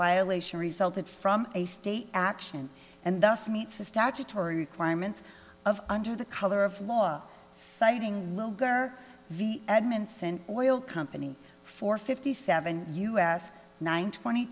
violation resulted from a state action and thus meets the statutory requirements of under the color of law citing will garner edmonson oil company for fifty seven us nine twenty